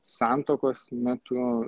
santuokos metu